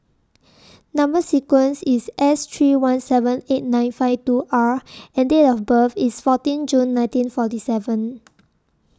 Number sequence IS S three one seven eight nine five two R and Date of birth IS fourteen June nineteen forty seven